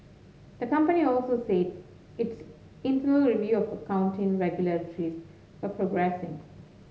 the company also its internal review of accounting irregularities a progressing